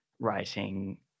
writing